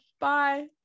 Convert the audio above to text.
bye